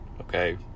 okay